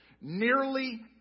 Nearly